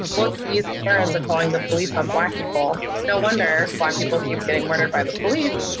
look, these crimes are calling the police on black people no wonder why people keep getting murdered by the police,